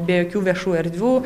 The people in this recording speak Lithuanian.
be jokių viešų erdvių